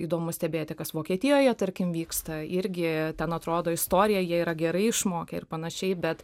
įdomu stebėti kas vokietijoje tarkim vyksta irgi ten atrodo istoriją jie yra gerai išmokę ir panašiai bet